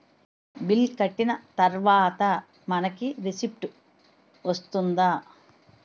Bill కట్టిన తర్వాత మనకి రిసీప్ట్ వస్తుందా?